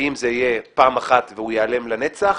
האם זה יהיה פעם אחת והוא ייעלם לנצח,